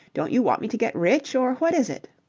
don't you want me to get rich, or what is it?